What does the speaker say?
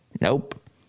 nope